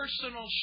personal